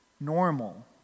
normal